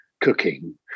cooking